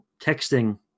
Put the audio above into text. texting